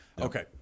okay